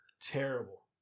terrible